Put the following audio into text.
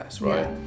right